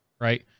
Right